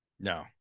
No